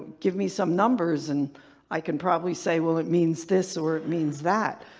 give me some numbers and i could probably say, well, it means this or it means that,